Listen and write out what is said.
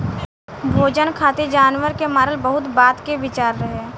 भोजन खातिर जानवर के मारल बहुत बाद के विचार रहे